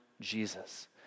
Jesus